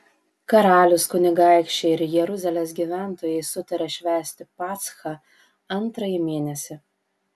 karalius kunigaikščiai ir jeruzalės gyventojai sutarė švęsti paschą antrąjį mėnesį